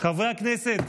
חברי הכנסת,